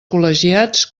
col·legiats